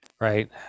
right